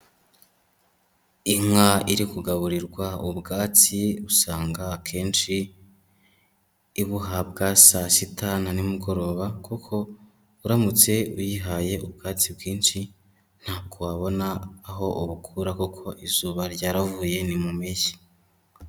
Inka iri kugaburirwa ubwatsi usanga akenshi ibuhabwa saa sita na nimugoroba kuko uramutse uyihaye ubwatsi bwinshi, ntabwo wabona aho ubukura kuko izuba ryaravuye, ni mu mpeshyi.